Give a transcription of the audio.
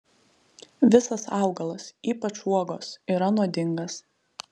visas augalas ypač uogos yra nuodingas